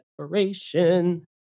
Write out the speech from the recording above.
Separation